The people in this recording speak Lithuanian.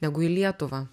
negu į lietuvą